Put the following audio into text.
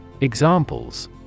Examples